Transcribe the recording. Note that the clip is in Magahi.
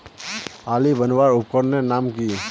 आली बनवार उपकरनेर नाम की?